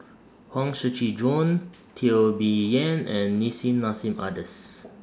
Huang Shiqi Joan Teo Bee Yen and Nissim Nassim Adis